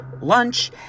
lunch